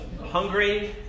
hungry